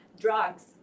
drugs